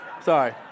Sorry